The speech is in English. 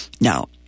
now